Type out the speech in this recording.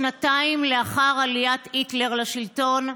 שנתיים לאחר עליית היטלר לשלטון,